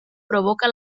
provoca